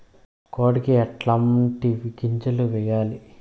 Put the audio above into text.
కోడికి ఎట్లాంటి గింజలు వేయాలి?